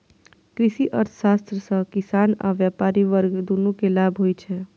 कृषि अर्थशास्त्र सं किसान आ व्यापारी वर्ग, दुनू कें लाभ होइ छै